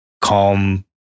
calm